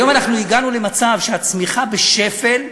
היום הגענו למצב שהצמיחה בשפל,